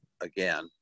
again